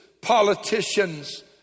politicians